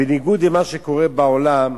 בניגוד למה שקורה בעולם,